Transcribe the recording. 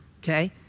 okay